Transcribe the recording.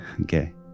Okay